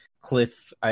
cliff